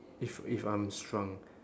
if if I'm shrunk